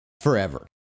forever